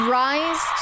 rise